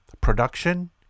production